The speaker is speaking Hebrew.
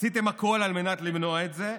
עשיתם הכול על מנת למנוע את זה.